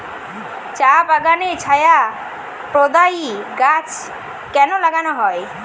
চা বাগানে ছায়া প্রদায়ী গাছ কেন লাগানো হয়?